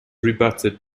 rebutted